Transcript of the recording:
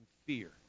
fear